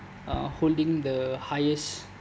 uh holding the highest